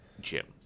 Jim